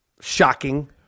shocking